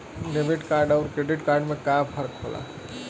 Debit card अउर credit card में का फर्क होला?